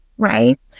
Right